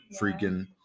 freaking